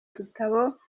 dutabo